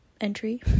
Entry